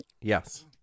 Yes